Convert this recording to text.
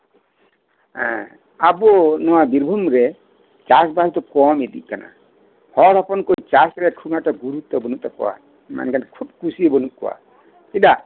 ᱦᱮᱸ ᱟᱵᱚ ᱱᱚᱶᱟ ᱵᱤᱨᱵᱷᱩᱢ ᱨᱮ ᱪᱟᱥᱵᱟᱥ ᱫᱚ ᱠᱚᱢ ᱤᱫᱤᱜ ᱠᱟᱱᱟ ᱦᱚᱲ ᱦᱚᱯᱚᱱ ᱠᱚ ᱪᱟᱥ ᱨᱮ ᱠᱷᱩᱵ ᱮᱠᱴᱟ ᱜᱩᱨᱩᱛᱛᱚ ᱵᱟᱹᱱᱩᱜ ᱛᱟᱠᱚᱣᱟ ᱢᱟᱱᱮ ᱠᱷᱩᱵ ᱠᱩᱥᱤ ᱵᱟᱹᱱᱩᱜ ᱠᱚᱣᱟ